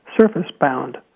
surface-bound